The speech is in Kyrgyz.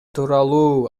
тууралуу